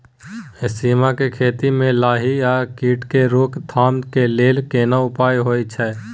सीम के खेती म लाही आ कीट के रोक थाम के लेल केना उपाय होय छै?